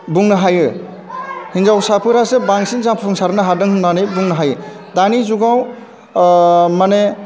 बुंनो हायो हिन्जावसाफोरासो बांसिन जाफुंसारनो हादों होननानै बुंनो हायो दानि जुगाव माने